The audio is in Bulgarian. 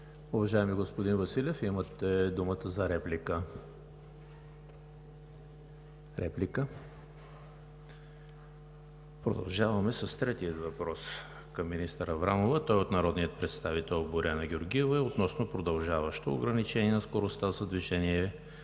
Уважаеми господин Василев, имате думата за реплика. Няма. Продължаваме с третия въпрос към министър Аврамова. Той е от народния представител Боряна Георгиева и е относно продължаващо ограничение на скоростта за движение